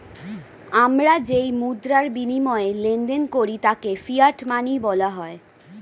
আমরা যেই মুদ্রার বিনিময়ে লেনদেন করি তাকে ফিয়াট মানি বলা হয়